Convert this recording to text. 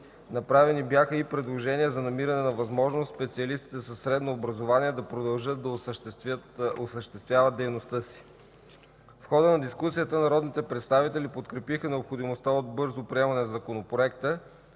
Направени бяха и предложения за намиране на възможност специалистите със средно образование да продължат да осъществяват дейността си. В хода на дискусията народните представители подкрепиха необходимостта от бързо приемане на законопроекта,